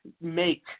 make